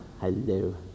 hello